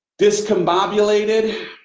discombobulated